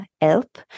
help